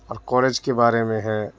اور کالج کے بارے میں ہے